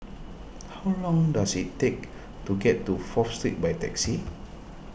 how long does it take to get to Fourth Street by taxi